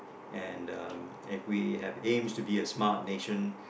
and um and we have aims to be a smart nation